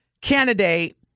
candidate